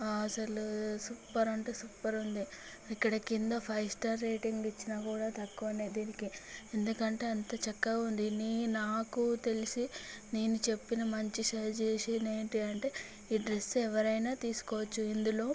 అసలు సూపర్ అంటే సూపర్ ఇక్కడ క్రింద ఫైవ్ స్టార్ రేటింగ్ ఇచ్చినా కూడా తక్కువే దీనికి ఎందుకంటే అంత చక్కగా ఉంది నీ నాకు తెలిసి నేను చెప్పిన మంచి సజెషన్ ఏంటంటే ఈ డ్రెస్సు ఎవరైనా తీసుకోవచ్చు ఇందులో